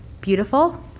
beautiful